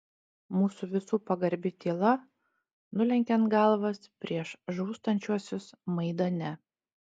mūsų visų pagarbi tyla nulenkiant galvas prieš žūstančiuosius maidane